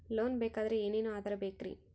Loan ಬೇಕಾದ್ರೆ ಏನೇನು ಆಧಾರ ಬೇಕರಿ?